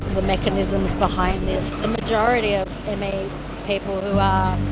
the mechanisms behind this. the majority of me people who are